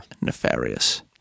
Nefarious